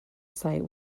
site